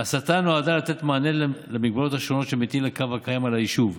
ההסטה נועדה לתת מענה למגבלות השונות שמטיל הקו הקיים על היישוב.